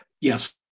Yes